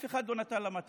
אף אחד לא נתן להן מתנה,